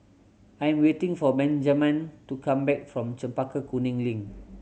I am waiting for Benjaman to come back from Chempaka Kuning Link